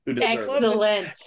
Excellent